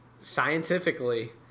scientifically